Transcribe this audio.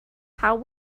how